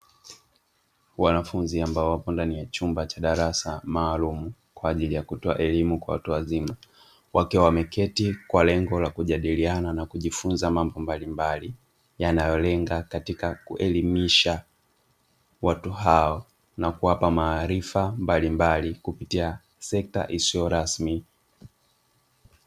Wanafunzi ambao wapo ndani ya chumba cha darasa maalum kwa ajili ya kutoa elimu kwa watu wazima, wakiwa wameketi kwa lengo la kujadiliana na kujifunza mambo mbalimbali yanayolenga katika kuelimisha watu hao na kuwapa maarifa mbalimbali kupitia sekta isiyo rasmi.